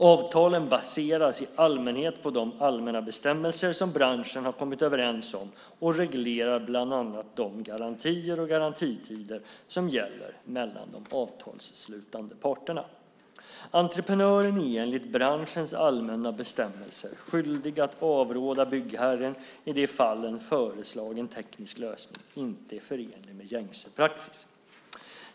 Avtalen baseras i allmänhet på de allmänna bestämmelser som branschen har kommit överens om och reglerar bland annat de garantier och garantitider som gäller mellan de avtalsslutande parterna. Entreprenören är enligt branschens allmänna bestämmelser skyldig att avråda byggherren i det fall en föreslagen teknisk lösning inte är förenlig med gängse praxis.